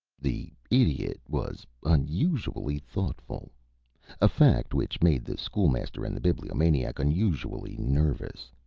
the idiot was unusually thoughtful a fact which made the school-master and the bibliomaniac unusually nervous.